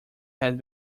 had